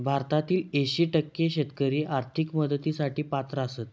भारतातील ऐंशी टक्के शेतकरी आर्थिक मदतीसाठी पात्र आसत